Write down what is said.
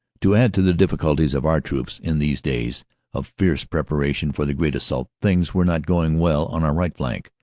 to add to the difficulties of our troops in these days of fierce preparation for the great assault things were not going well on our right flank.